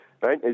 right